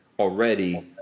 Already